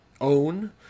own